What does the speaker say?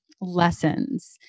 lessons